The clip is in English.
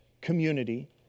community